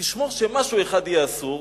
תשמור שמשהו אחד יהיה אסור.